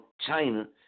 China